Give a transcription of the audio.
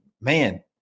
man